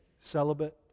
celibate